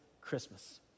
Christmas